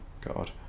God